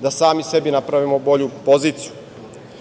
da sami sebi napravimo bolju poziciju. Zato